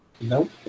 Nope